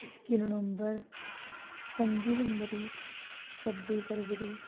इक्की नवंबर पंजी जनबरी छब्बी फरबरी